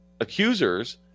accusers